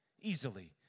easily